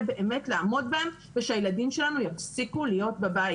באמת לעמוד בהם ושהילדי9 שלנו יפסיקו להיות בבית.